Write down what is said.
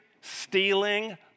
stealing